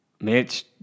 Mitch